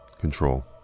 Control